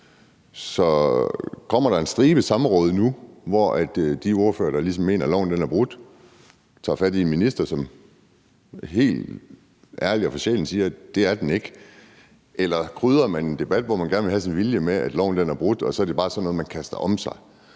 Så kommer der nu en stribe samråd, hvor de ordførere, der ligesom mener, at loven er brudt, tager fat i en minister, som helt ærligt og fra sjælen siger, at det er den ikke, eller krydrer man en debat, hvor man gerne vil have sin vilje, med, at loven er brudt, og så er det bare noget, man kaster om sig?